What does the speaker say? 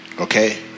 Okay